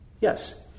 Yes